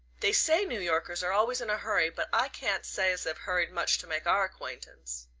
they say new yorkers are always in a hurry but i can't say as they've hurried much to make our acquaintance.